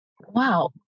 Wow